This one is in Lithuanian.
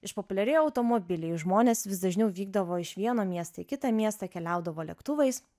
išpopuliarėjo automobiliai žmonės vis dažniau vykdavo iš vieno miesto į kitą miestą keliaudavo lėktuvais